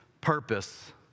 purpose